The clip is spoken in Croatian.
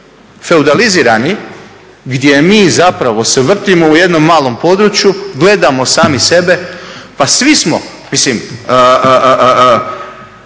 feudalizirani, gdje mi zapravo se vrtimo u jednom malom području, gledamo sami sebe. Pa svi smo, mislim